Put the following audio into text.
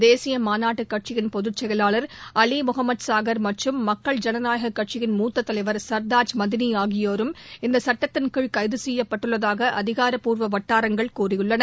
தேசிய மாநாட்டு கட்சியின் பொதுச் செயலாளர் அலி முஹமது சாகர் மற்றும் மக்கள் ஜனநாயக கட்சியின் மூத்த தலைவர் சர்தஜ் மதனி ஆகியோரும் இந்த சட்டத்தின் கீழ் கைது செய்யப்பட்டுள்ளதாக ஆதாரபூர்வ வட்டாரங்கள் கூறியுள்ளன